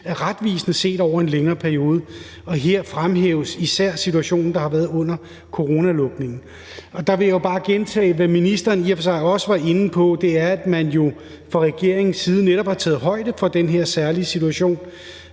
retvisende set over en længere periode. Her fremhæves især situationen under coronanedlukningen. Og der vil jeg bare gentage, hvad ministeren i og for sig også var inde på, nemlig at man fra regeringens side netop har taget højde for den her særlige situation,